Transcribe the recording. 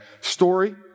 Story